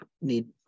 need